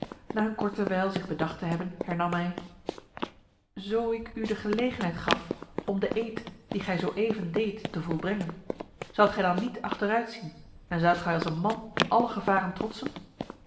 na een korte wijl zich bedacht te hebben hernam hij zo ik u de gelegenheid gaf om de eed die gij zo even deedt te volbrengen zoudt gij dan niet achteruit zien en zoudt gij als een man alle gevaren trotsen